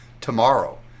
tomorrow